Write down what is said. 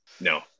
No